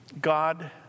God